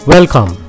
Welcome